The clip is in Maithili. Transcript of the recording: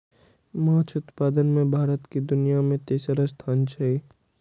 माछ उत्पादन मे भारत के दुनिया मे तेसर स्थान छै